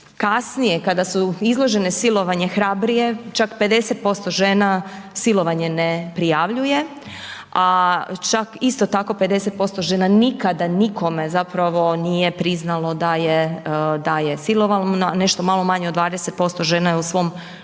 kasnije kada su izložene silovanju, hrabrije, čak 50% žena silovanje ne prijavljuje a čak isto tako 50% žena nikada nikome zapravo nije priznalo da je silovano a nešto malo manje od 20% žena je u svom životu